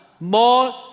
More